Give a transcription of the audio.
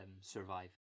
survive